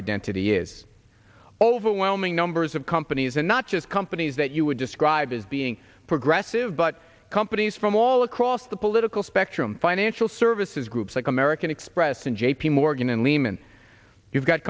identity is overwhelming numbers of companies and not just companies that you would describe as being progressive but companies from all across the political spectrum financial services groups like american express and j p morgan